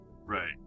Right